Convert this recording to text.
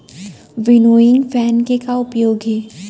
Winnowing fan के का उपयोग हे?